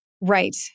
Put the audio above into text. Right